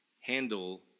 handle